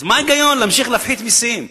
אז מה ההיגיון להמשיך להפחית מסים,